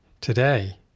today